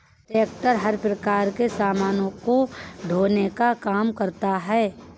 tractor हर प्रकार के सामानों को ढोने का काम करता है